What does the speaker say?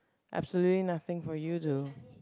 absolutely nothing for you to